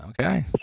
Okay